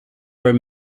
are